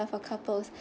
for couples